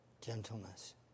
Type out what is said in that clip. gentleness